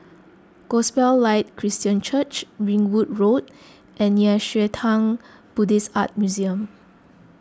Gospel Light Christian Church Ringwood Road and Nei Xue Tang Buddhist Art Museum